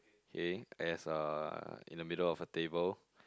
K as uh in the middle of a table